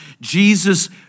Jesus